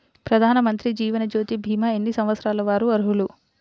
ప్రధానమంత్రి జీవనజ్యోతి భీమా ఎన్ని సంవత్సరాల వారు అర్హులు?